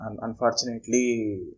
unfortunately